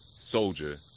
soldier